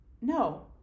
No